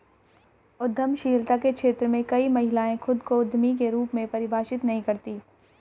उद्यमशीलता के क्षेत्र में कई महिलाएं खुद को उद्यमी के रूप में परिभाषित नहीं करती